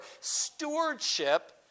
stewardship